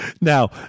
now